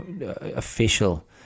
official